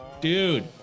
dude